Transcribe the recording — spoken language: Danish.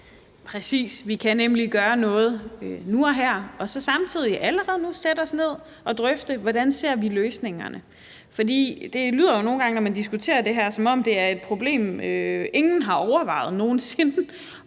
Præcis. Vi kan nemlig gøre noget nu og her og samtidig allerede nu sætte os ned og drøfte, hvordan vi ser løsningerne. For det lyder nogle gange, når man diskuterer det her, som om det er et problem, ingen har overvejet nogen sinde.